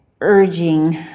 urging